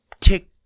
tick